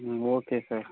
ம் okay sir